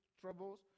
troubles